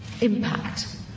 impact